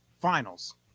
Finals